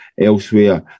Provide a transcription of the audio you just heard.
elsewhere